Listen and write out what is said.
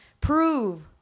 prove